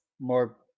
more